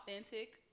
authentic